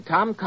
Tom